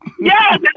Yes